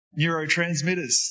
neurotransmitters